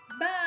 Bye